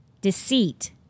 deceit